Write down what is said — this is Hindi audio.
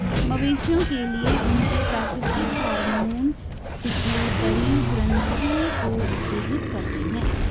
मवेशियों के लिए, उनके प्राकृतिक हार्मोन पिट्यूटरी ग्रंथि को उत्तेजित करते हैं